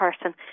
person